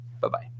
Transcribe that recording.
Bye-bye